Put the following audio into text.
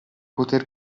poter